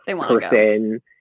person